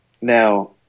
Now